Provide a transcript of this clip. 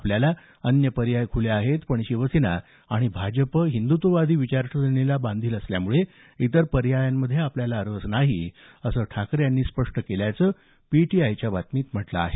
आपल्याला अन्य पर्याय खुले आहेत पण शिवसेना आणि भाजप हिंदुत्ववादी विचारसरणीला बांधील असल्यामुळे इतर पर्यायांमध्ये आपल्याला रस नाही असं ठाकरे यांनी स्पष्ट केल्याचं पीटीआयच्या बातमीत म्हटलं आहे